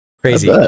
Crazy